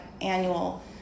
annual